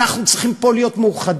אנחנו צריכים פה להיות מאוחדים.